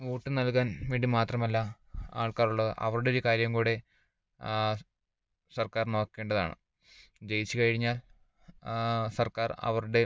vote നൽകാൻ വേണ്ടി മാത്രമല്ല ആൾക്കാറുള്ളത് അവരുടെ ഒരു കാര്യം കൂടെ സർക്കാർ നോക്കേണ്ടതാണ് ജയിച്ച് കഴിഞ്ഞാൽ സർക്കാർ അവരുടെ